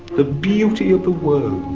the beauty of the world,